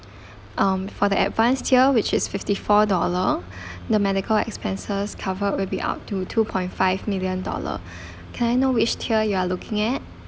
um for the advanced tier which is fifty four dollar the medical expenses covered will be up to two point five million dollar can I know which tier you are looking at